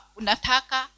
unataka